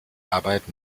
arbeit